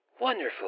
wonderful